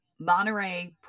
monterey